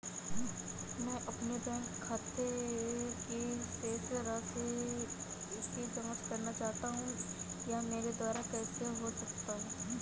मैं अपने बैंक खाते की शेष राशि की जाँच करना चाहता हूँ यह मेरे द्वारा कैसे हो सकता है?